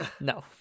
No